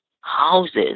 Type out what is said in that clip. houses